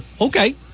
Okay